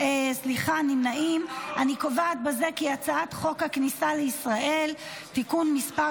אני קובעת בזה כי הצעת חוק הכניסה לישראל (תיקון מס'